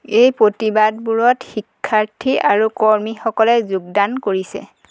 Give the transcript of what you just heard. এই প্ৰতিবাদবোৰত শিক্ষাৰ্থী আৰু কৰ্মীসকলে যোগদান কৰিছে